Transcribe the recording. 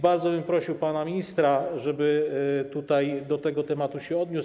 Bardzo bym prosił pana ministra, żeby tutaj do tego tematu się odniósł.